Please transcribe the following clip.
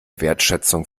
wertschätzung